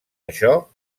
això